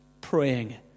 praying